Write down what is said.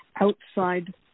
outside